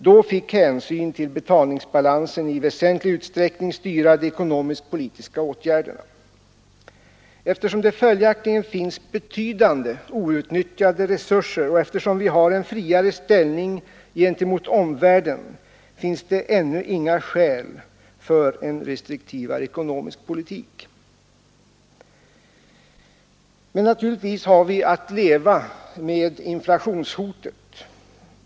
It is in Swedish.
Då fick hänsyn till betalningsbalansen i väsentlig utsträckning styra de ekonomisk-politiska åtgärderna. Eftersom det följaktligen finns betydande outnyttjade resurser och eftersom vi har en friare ställning gentemot omvärlden, finns det ännu inga skäl för en restriktivare ekonomisk politik. Men naturligtvis har vi att leva med inflationshotet.